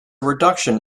reduction